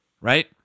right